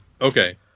Okay